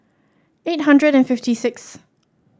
eight hundred and fifty sixth